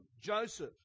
Joseph